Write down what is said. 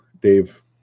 dave